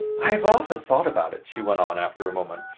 i have often thought about it, she went on after a moment.